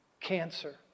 cancer